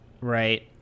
Right